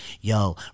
yo